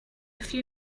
few